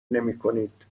نمیکنید